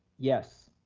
yes.